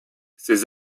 ses